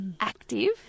active